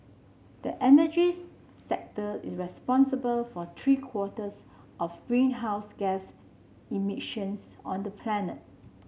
the energy's sector in responsible for three quarters of greenhouse gas emissions on the planet